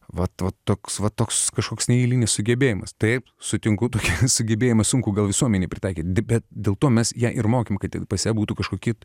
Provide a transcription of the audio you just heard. va to toks va toks kažkoks neeilinis sugebėjimas taip sutinku tokį sugebėjimą sunku gal visuomenei pritaikyti bet dėl to mes ją ir mokėme kad tik pase būtų kažkokie